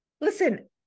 Listen